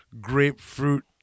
grapefruit